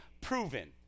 proven